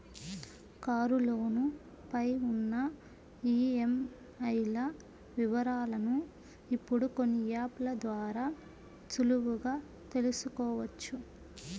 కారులోను పై ఉన్న ఈఎంఐల వివరాలను ఇప్పుడు కొన్ని యాప్ ల ద్వారా సులువుగా తెల్సుకోవచ్చు